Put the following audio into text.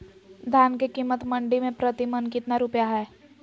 धान के कीमत मंडी में प्रति मन कितना रुपया हाय?